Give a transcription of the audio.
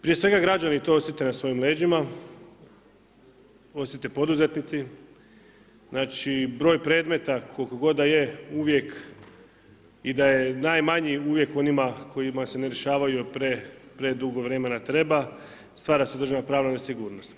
Prije svega građani to osjete na svojim leđima, osjete poduzetnici, znači broj predmeta koliko god da je uvijek i da je najmanji uvijek ima onih kojima se ne rješavaju jer predugo vremena treba, stvara se određena pravna nesigurnost.